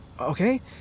okay